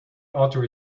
alter